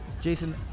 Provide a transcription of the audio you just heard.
Jason